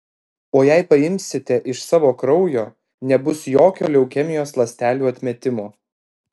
o jei paimsite iš savo kraujo nebus jokio leukemijos ląstelių atmetimo